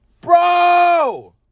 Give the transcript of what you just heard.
bro